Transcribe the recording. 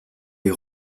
les